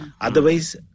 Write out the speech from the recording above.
Otherwise